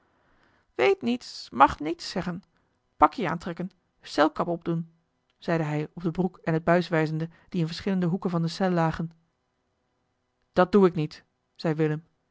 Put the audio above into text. weet niets mag niets zeggen pakkie aantrekken celkap opdoen zeide hij op de broek en het buis wijzende die in verschillende hoeken van de cel lagen dat doe ik niet zei willem